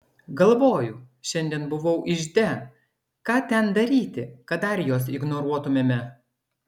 galvoju šiandien buvau ižde ką ten daryti kad dar juos ignoruotumėme